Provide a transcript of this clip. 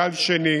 גל שני,